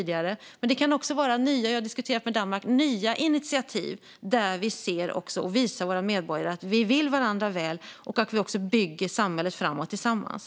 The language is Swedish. Det kan också gälla nya initiativ - jag tog upp Danmark som exempel - där vi visar våra medborgare att vi vill varandra väl och bygger samhället framåt tillsammans.